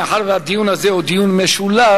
מאחר שהדיון הזה הוא דיון משולב,